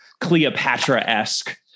Cleopatra-esque